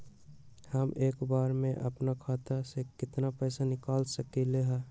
हम एक बार में अपना खाता से केतना पैसा निकाल सकली ह?